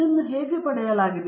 ಇದನ್ನು ಹೇಗೆ ಪಡೆಯಲಾಗಿದೆ